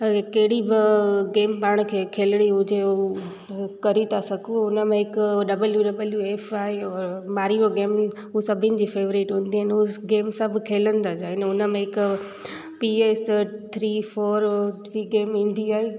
असांखे कहिड़ी ब गेम पाण खे खेलणी हुजे हू करी था सघूं हुनमें हिकु डब्लयू डबल्यू एफ आहे मारियो गेम हू सभिनि जी फेवरेट हूंदी अन हूअस गेम सभु खेलंदा ज आहिनि हुनमें हिकु पीएस थ्री फोर गेम ईंदी आहे